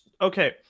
Okay